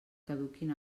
caduquin